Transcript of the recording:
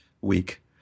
week